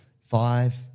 five